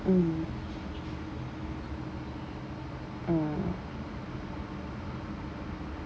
mm mm